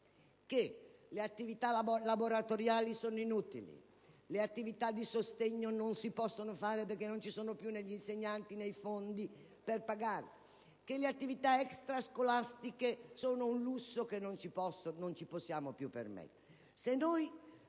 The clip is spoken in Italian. che le attività laboratoriali sono inutili, che le attività di sostegno non si possono svolgere perché non vi sono più né gli insegnanti né i fondi per pagarli, che le attività *extra* scolastiche sono un lusso che non possiamo più permetterci,